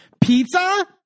Pizza